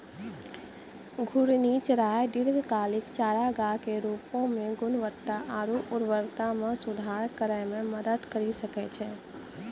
घूर्णि चराई दीर्घकालिक चारागाह के रूपो म गुणवत्ता आरु उर्वरता म सुधार करै म मदद करि सकै छै